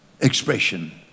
expression